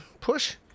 push